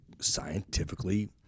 scientifically